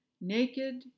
naked